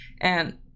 and-